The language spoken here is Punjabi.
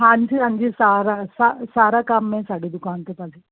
ਹਾਂਜੀ ਹਾਂਜੀ ਸਾਰਾ ਸਾ ਸਾਰਾ ਕੰਮ ਹੈ ਸਾਡੀ ਦੁਕਾਨ 'ਤੇ ਭਾਜੀ